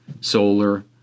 solar